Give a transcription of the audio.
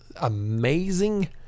amazing